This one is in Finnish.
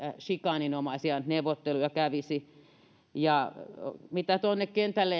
sikaaninomaisia neuvotteluja kävisi mitä tuonne kentälle